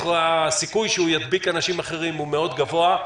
הסיכוי שהוא ידביק אנשים אחרים הוא מאוד גבוה.